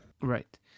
Right